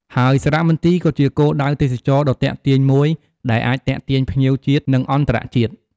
ហើយសារមន្ទីរក៏ជាគោលដៅទេសចរណ៍ដ៏ទាក់ទាញមួយ ដែលអាចទាក់ទាញភ្ញៀវជាតិ និងអន្តរជាតិ។